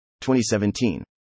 2017